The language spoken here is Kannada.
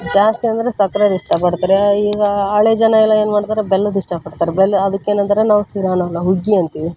ಜಾಸ್ತಿ ಅಂದರೆ ಸಕ್ರೆದು ಇಷ್ಟಪಡ್ತಾರೆ ಈಗ ಹಳೆ ಜನ ಎಲ್ಲ ಏನು ಮಾಡ್ತಾರೆ ಬೆಲ್ಲದ್ದು ಇಷ್ಟಪಡ್ತಾರೆ ಬೆಲ್ಲ ಅದಕ್ಕೆ ಏನಂತಾರೆ ನಾವು ಶೀರಾ ಅನ್ನೋಲ್ಲ ಹುಗ್ಗಿ ಅಂತೀವಿ